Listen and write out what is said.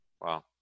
Wow